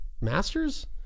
master's